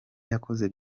yakoze